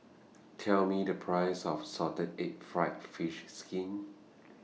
Tell Me The Price of Salted Egg Fried Fish Skin